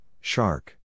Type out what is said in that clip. shark